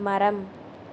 மரம்